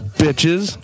bitches